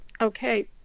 okay